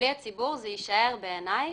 בלי הציבור, בעיניי,